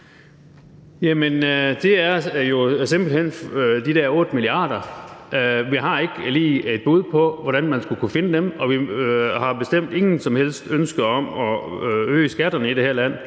det er jo simpelt hen de der 8 mia. kr. Vi har ikke lige et bud på, hvordan man skulle kunne finde dem. Vi har bestemt intet som helst ønske om at øge skatterne i det her land,